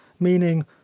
meaning